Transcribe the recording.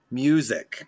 music